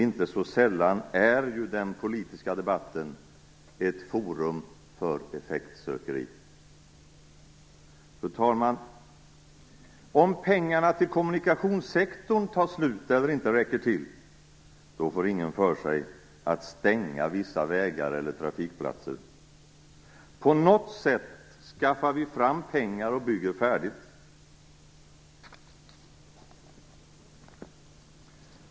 Inte så sällan är ju den politiska debatten ett forum för effektsökeri. Fru talman! Om pengarna till kommunikationssektorn tar slut eller inte räcker till, då får ingen för sig att stänga vissa vägar eller trafikplatser. På något sätt skaffar vi fram pengar och bygger färdigt.